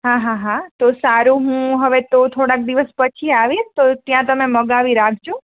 હા હા હા તો સારું હું હવે તો થોડાક દિવસ પછી આવીશ તો ત્યાં તમે મગાવી રાખજો